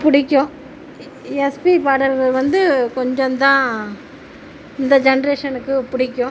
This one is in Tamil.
பிடிக்கும் எஸ்பி பாடல்கள் வந்து கொஞ்சம் தான் இந்த ஜெனரேஷனுக்கு பிடிக்கும்